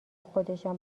خودشان